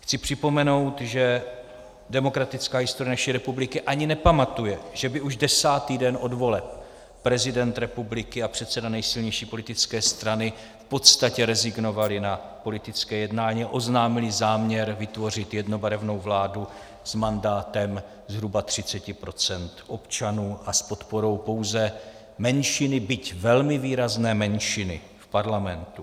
Chci připomenout, že demokratická historie naší republiky ani nepamatuje, že by už desátý den od voleb prezident republiky a předseda nejsilnější politické strany v podstatě rezignovali na politické jednání a oznámili záměr vytvořit jednobarevnou vládu s mandátem zhruba 30 % občanů a s podporou pouze menšiny, byť velmi výrazné menšiny, v parlamentu.